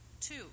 Two